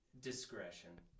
discretion